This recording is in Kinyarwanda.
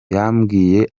yambwiye